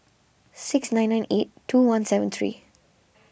six nine nine eight two one seven three